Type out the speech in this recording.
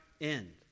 end